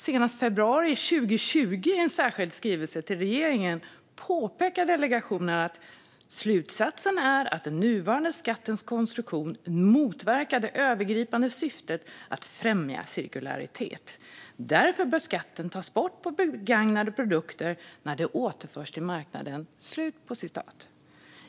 Senast i februari 2020 påpekade delegationen i en särskild skrivelse till regeringen: "Slutsatsen är att den nuvarande skattens konstruktion motverkar det övergripande syftet att främja cirkularitet. Därför bör skatten tas bort på begagnade produkter när de återförs till marknaden."